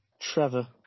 Trevor